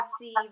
receive